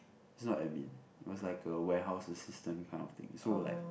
is not admin it was like a warehouse assistant kind of thing so like